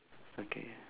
okay